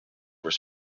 were